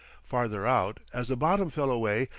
farther out, as the bottom fell away,